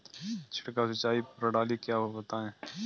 छिड़काव सिंचाई प्रणाली क्या है बताएँ?